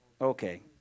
Okay